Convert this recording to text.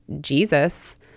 Jesus